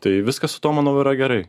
tai viskas su tuo manau yra gerai